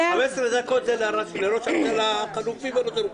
15 דקות זה לחלופי וליו"ר האופוזיציה,